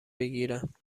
بگیرند